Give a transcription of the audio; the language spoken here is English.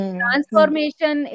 transformation